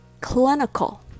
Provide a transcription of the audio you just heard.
clinical